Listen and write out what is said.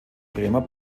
bremer